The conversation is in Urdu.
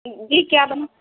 جی کیا بنوا